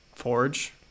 forge